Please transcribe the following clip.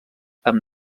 amb